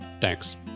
Thanks